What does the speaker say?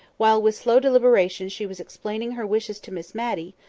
while with slow deliberation she was explaining her wishes to miss matty,